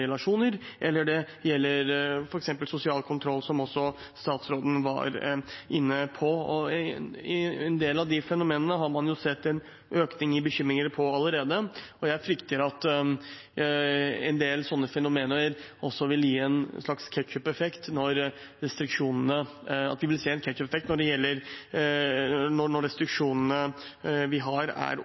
relasjoner eller f.eks. sosial kontroll, som også statsråden var inne på. En del av de fenomenene har man jo sett en økning i bekymringer for allerede, og jeg frykter at vi vil se en ketsjupeffekt når restriksjonene vi har, er over. Det gjelder ikke minst barn som sendes til utlandet. Vi